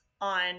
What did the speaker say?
on